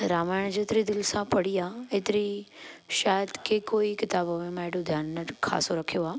रामायण जेतिरी दिलि सां पढ़ी आहे एतिरी शायदि के कोई किताब में मां एॾो ध्यानु न खसो रखियो आहे